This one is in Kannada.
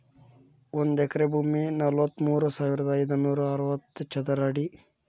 ಒಂದ ಎಕರೆ ಭೂಮಿ ನಲವತ್ಮೂರು ಸಾವಿರದ ಐದನೂರ ಅರವತ್ತ ಚದರ ಅಡಿ